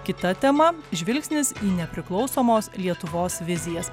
kita tema žvilgsnis į nepriklausomos lietuvos vizijas